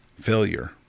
failure